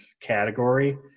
category